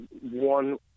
one